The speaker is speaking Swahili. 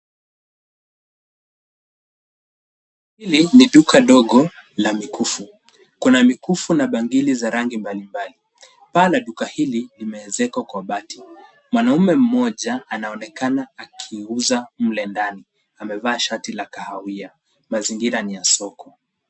Hili ni duka dogo la mikufu. Kuna mikufu na bangili za rangi mbalimbali. Paa la duka hili limewezekwa kwa bati. Mwanaume mmoja anaonekana akiuza mle ndani. Amevaa shati la kahawia. Mazingira ni ya soko.